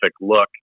look